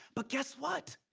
but guess what?